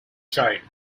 child